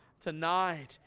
tonight